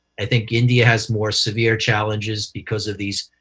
i think india has more severe challenges because of these